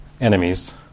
enemies